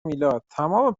میلاد، تمام